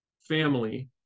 family